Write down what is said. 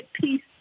peace